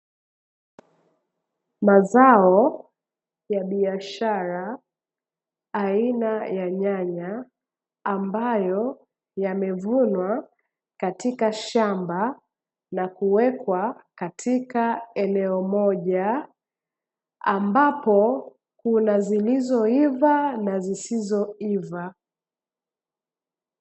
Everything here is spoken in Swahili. Mazao ya biashara aina ya nyanya, ambayo yamevunwa katika shamba na kuwekwa katika eneo moja ambapo kuna zilizoiva na zisizoiva.